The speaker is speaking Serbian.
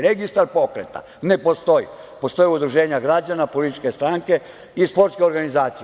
Registar pokreta ne postoji, postoje udruženja građana, političke stranke i sportske organizacije.